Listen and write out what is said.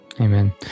Amen